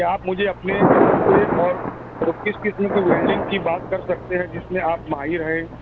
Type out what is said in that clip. کیا آپ مجھے اپنے تجربے اور کس قسم کی ویلڈنگ کی بات کر سکتے ہیں جس میں آپ ماہر ہیں